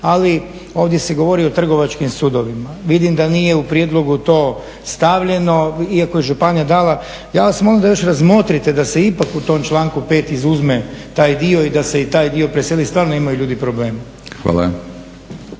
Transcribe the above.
ali ovdje se govori o trgovačkim sudovima. Vidim da nije u prijedlogu to stavljeno, iako je županija dala. Ja vas molim da još razmotrite da se ipak u tom članku 5. izuzme taj dio i da se i taj dio preseli, stvarno imaju ljudi problema.